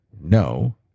no